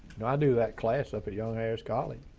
i do that class up at young harris college.